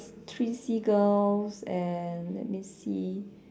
three seagulls and let me see